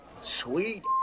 Sweet